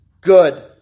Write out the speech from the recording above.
Good